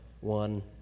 one